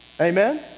amen